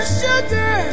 sugar